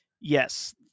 Yes